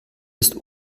ist